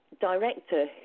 director